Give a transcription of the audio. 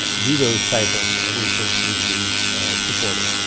do those type of research need to be supported.